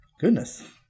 Goodness